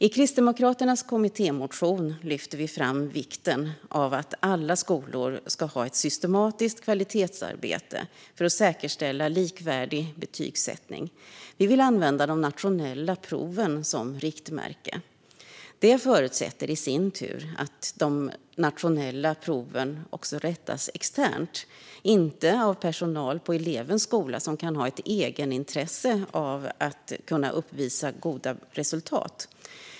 I Kristdemokraternas kommittémotion lyfter vi fram vikten av att alla skolor ska ha ett systematiskt kvalitetsarbete för att säkerställa likvärdig betygsättning. Vi vill använda de nationella proven som riktmärke. Det förutsätter i sin tur att de nationella proven rättas externt och inte av personal på elevens skola som kan ha ett egenintresse av att kunna uppvisa goda resultat.